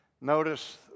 Notice